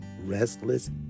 restless